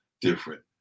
different